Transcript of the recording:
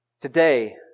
today